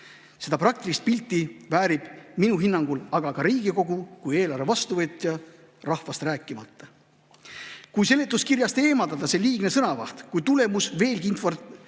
"Seda praktilist pilti väärib minu hinnangul ka Riigikogu kui eelarve vastuvõtja, rahvast rääkimata." Kui "[---] seletuskirjast eemaldada liigne sõnavaht, oleks tulemus veelgi informatiivsem